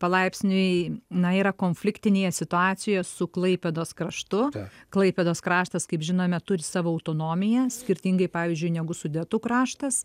palaipsniui na yra konfliktinėje situacijoje su klaipėdos kraštu klaipėdos kraštas kaip žinome turi savo autonomiją skirtingai pavyzdžiui negu sudetų kraštas